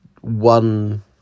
one